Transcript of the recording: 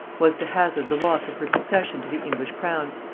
was to hazard the loss of her succession to the english crown,